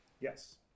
Yes